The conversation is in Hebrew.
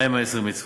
מה הן עשר המצוות?